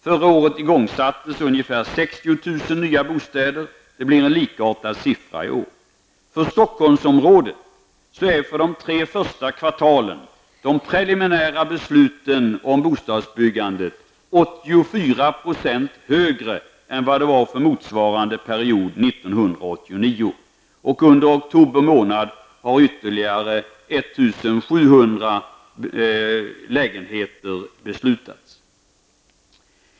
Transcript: Förra året igångsattes byggandet av ungefär 60 000 nya bostäder, och det blir ett liknande tal i år. För Stockholmsområdet är för de tre första kvartalen antalet preliminära beslut om bostadsbyggande 84 % större än för motsvarande period år 1989. Under oktober månad har beslut fattats om ytterligare 1 700 lägenheter.